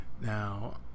Now